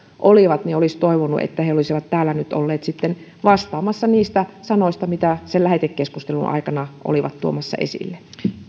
olivat olisi toivonut että he olisivat täällä nyt olleet sitten vastaamassa niistä sanoista mitä sen lähetekeskustelun aikana olivat tuomassa esille